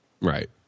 Right